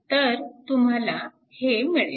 तर तुम्हाला हे मिळेल